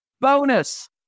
bonus